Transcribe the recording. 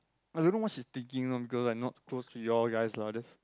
I don't know what she thinking of because I not close to you all guys lah that's